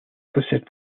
possèdent